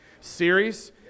series